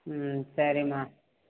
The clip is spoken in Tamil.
ம் சரிம்மா